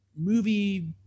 movie